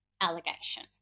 allegation